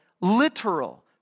literal